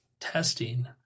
testing